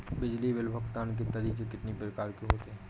बिजली बिल भुगतान के तरीके कितनी प्रकार के होते हैं?